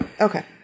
Okay